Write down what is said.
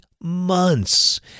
months